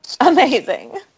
amazing